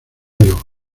río